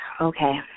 Okay